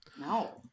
no